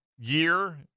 year